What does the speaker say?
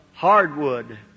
hardwood